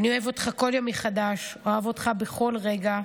אני אוהב אותך כל יום מחדש, אוהב אותך בכל רגע.